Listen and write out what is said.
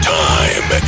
time